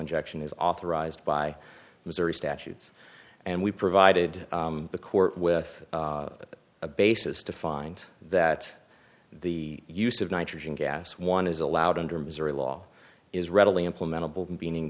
injection is authorized by missouri statutes and we provided the court with a basis to find that the use of nitrogen gas one is allowed under missouri law is readily implementable meaning